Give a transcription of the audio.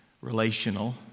relational